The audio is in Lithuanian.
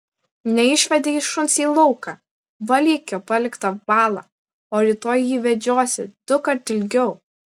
neišvedei šuns į lauką valyk jo paliktą balą o rytoj jį vedžiosi dukart ilgiau